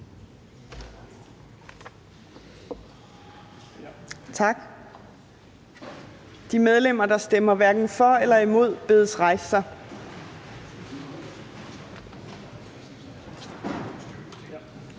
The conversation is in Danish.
Tak. De medlemmer, der stemmer hverken for eller imod, bedes rejse sig.